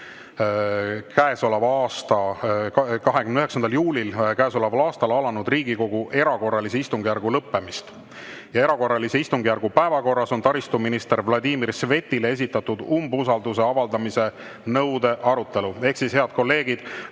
pärast 29. juulil käesoleval aastal alanud Riigikogu erakorralise istungjärgu lõppemist. Erakorralise istungjärgu päevakorras on taristuminister Vladimir Svetile esitatud umbusalduse avaldamise nõude arutelu. Ehk siis, head kolleegid,